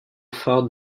phare